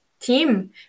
team